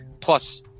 Plus